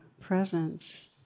presence